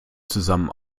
zusammen